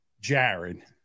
Jared